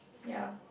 ya